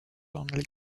only